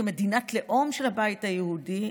כמדינת לאום של הבית היהודי,